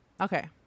Okay